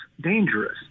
dangerous